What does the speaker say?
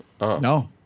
No